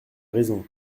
raison